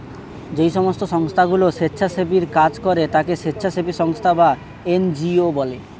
যেই সমস্ত সংস্থাগুলো স্বেচ্ছাসেবীর কাজ করে তাকে স্বেচ্ছাসেবী সংস্থা বা এন জি ও বলে